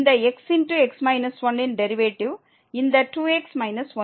இந்த xx 1 இன் derivative இந்த 2x 1 ஆகும்